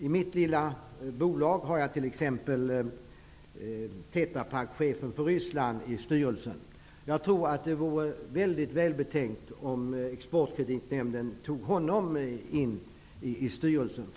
I mitt lilla bolag har jag t.ex. med chefen för Tetra Pak i Ryssland i styrelsen. Jag tror att det vore mycket välbetänkt om Exportkreditnämnden tog med honom i styrelsen.